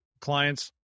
clients